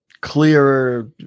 clearer